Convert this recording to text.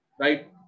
Right